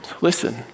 Listen